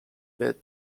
bed